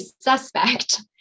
suspect